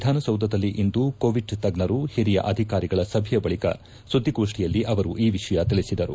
ವಿಧಾನಸೌಧದಲ್ಲಿಂದು ಕೋವಿಡ್ ತಜ್ಞರು ಹಿರಿಯ ಅಧಿಕಾರಿಗಳ ಸಭೆಯ ಬಳಿಕ ಸುದ್ದಿಗೋಷ್ಠಿಯಲ್ಲಿ ಅವರು ಈ ವಿಷಯ ತಿಳಿಸಿದರು